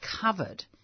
covered